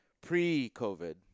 pre-COVID